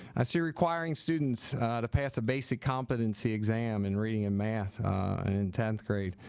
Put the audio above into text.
i see requiring students to pass a basic competency exam in reading and math in tenth grade